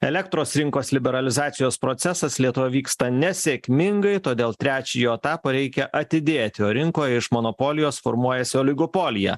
elektros rinkos liberalizacijos procesas lietuvoj vyksta nesėkmingai todėl trečiojo etapo reikia atidėti o rinkoj iš monopolijos formuojasi oligopolija